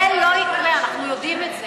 זה לא יקרה, אנחנו יודעים את זה.